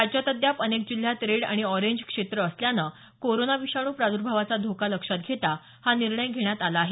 राज्यात अद्याप अनेक जिल्ह्यात रेड आणि आरेंज क्षेत्र असल्यानं कोरोना विषाणू प्रादर्भावाचा धोका लक्षात घेता हा निर्णय घेण्यात आला आहे